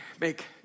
make